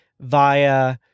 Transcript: via